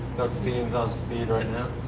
doug fehan's on speed right now.